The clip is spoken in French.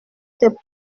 tes